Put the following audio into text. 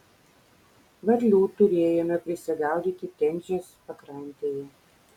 varlių turėjome prisigaudyti tenžės pakrantėje